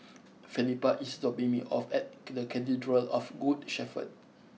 Felipa is dropping me off at Cathedral of Good Shepherd